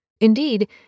Indeed